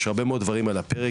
יש הרבה מאוד דברים על הפרק,